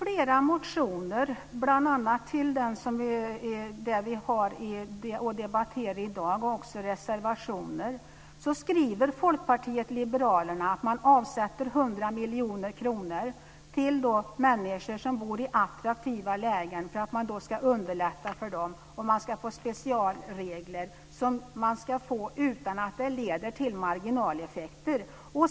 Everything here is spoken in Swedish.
Herr talman! I flera motioner och reservationer skriver Folkpartiet liberalerna att man avsätter 100 miljoner kronor till människor som bor i attraktiva lägen för att man ska underlätta för dem, och man ska ha specialregler, utan att det leder till marginaleffekter.